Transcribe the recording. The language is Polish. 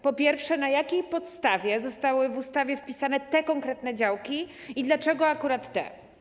Po pierwsze: Na jakiej podstawie zostały w ustawie wpisane te konkretne działki i dlaczego akurat te?